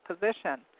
position